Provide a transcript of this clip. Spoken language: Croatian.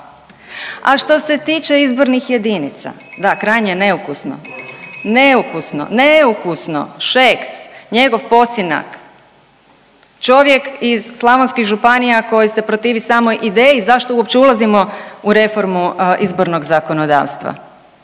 A što se tiče izbornih jedinica, da, krajnje neukusno, neukusno, neukusno, Šeks, njegov posinak, čovjek iz slavonskih županija koji se protivi samoj ideji zašto uopće ulazimo u reformu izbornog zakonodavstva.